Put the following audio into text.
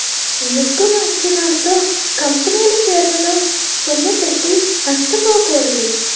ఎక్కువ అంచనాలతో కంపెనీల షేరల్లో సొమ్ముపెట్టి నష్టపోకూడదు